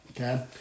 okay